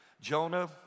Jonah